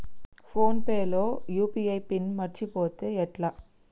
Phone pay లో UPI PIN మరచిపోతే ఎట్లా?